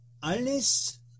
Alles